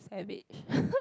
savage